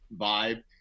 vibe